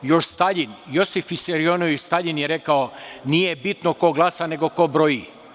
Još Staljin, Josif Visarionovič Staljin je rekao: „Nije bitno ko glasa, nego ko broji“